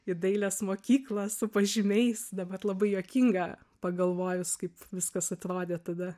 į dailės mokyklą su pažymiais dabar labai juokinga pagalvojus kaip viskas atrodė tada